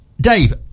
Dave